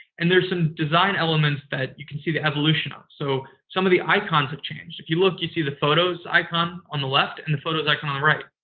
and there's some design elements that you can see the evolution of. so, some of the icons have changed. if you look, you see the photos icon on the left and the photos icon on the right.